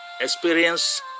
experience